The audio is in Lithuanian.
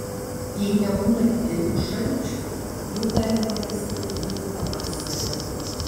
jei nebūna didelių šalčių jų galima rasti iki pavasario